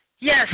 Yes